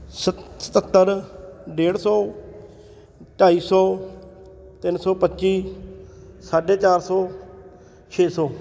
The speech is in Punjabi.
ਸੱ ਸਤੱਤਰ ਡੇਢ ਸੌ ਢਾਈ ਸੌ ਤਿੰਨ ਸੌ ਪੱਚੀ ਸਾਢੇ ਚਾਰ ਸੌ ਛੇ ਸੌ